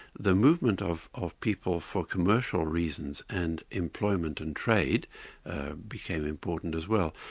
the movement of of people for commercial reasons and employment and trade became important as well,